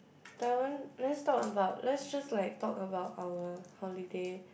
Taiwan let's talk about let's just like talk about our holiday